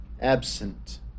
Absent